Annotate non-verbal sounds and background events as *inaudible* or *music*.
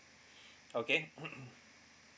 okay *coughs*